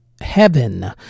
Heaven